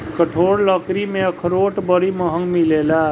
कठोर लकड़ी में अखरोट बड़ी महँग मिलेला